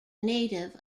native